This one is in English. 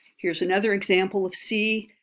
here's another example of see,